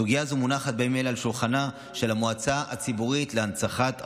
סוגיה זו מונחת בימים אלה על שולחנה של המועצה הציבורית להנצחת החייל,